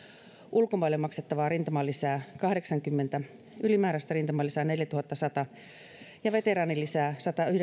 ulkomaille maksettavaa rintamalisää kahdeksankymmentä ylimääräistä rintamalisää neljätuhattasata ja veteraanilisää